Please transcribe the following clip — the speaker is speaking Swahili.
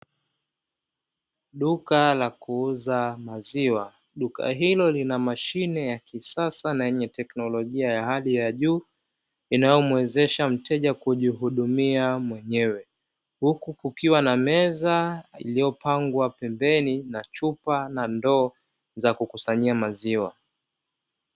Duka la kuuza maziwa, duka hilo lina mashine ya kisasa na yenye teknolojia ya hali ya juu, inayomuwezesha mteja kujihudumia mwenyewe, huku kukiwa na meza iliyopangwa pembeni na chupa na ndoo za kukusanyia maziwa.